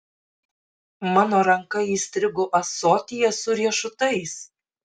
mano ranka įstrigo ąsotyje su riešutais